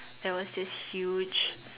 there was this huge